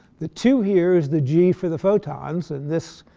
the two here is the g for the photons, and this,